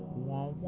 while